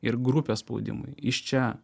ir grupės spaudimui iš čia